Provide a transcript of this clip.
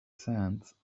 sands